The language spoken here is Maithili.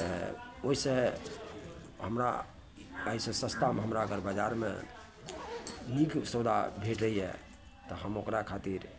तऽ ओहिसँ हमरा एहिसँ सस्ता अगर हमरा बाजारमे नीक सौदा भेटैए तऽ हम ओकरा खातिर